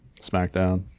SmackDown